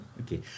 Okay